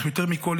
אך יותר מכול,